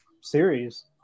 series